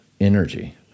energy